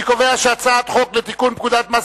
אני קובע שהצעת חוק לתיקון פקודת מס